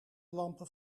lampen